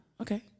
Okay